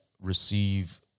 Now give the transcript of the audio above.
Receive